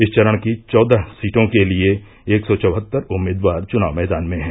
इस चरण की चौदह सीटों के लिये एक सौ चौहत्तर उम्मीदवार चुनाव मैदान में हैं